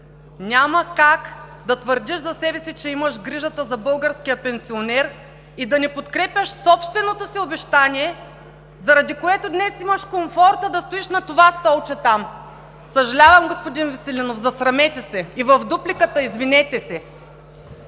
Няма как да твърдиш за себе си, че имаш грижата за българския пенсионер и да не подкрепяш собственото си обещание, заради което днес имаш комфорта да стоиш на това столче там. Съжалявам, господин Веселинов, засрамете се! И в дупликата – извинете се!